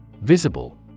Visible